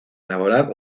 elaborar